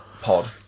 pod